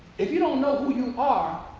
if you don't know who you are,